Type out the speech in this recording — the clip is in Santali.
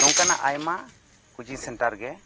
ᱱᱚᱝᱠᱟᱱᱟᱜ ᱟᱭᱢᱟ ᱠᱳᱪᱤᱝ ᱥᱮᱱᱴᱟᱨ ᱜᱮ